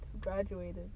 graduated